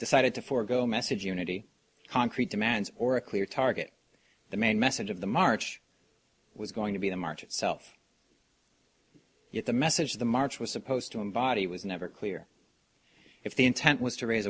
decided to forgo message unity concrete demands or a clear target the main message of the march was going to be the march itself yet the message the march was supposed to embody was never clear if the intent was to raise